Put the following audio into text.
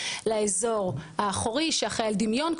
לאזור האחורי שאחראי על הדמיון,